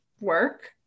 work